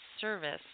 service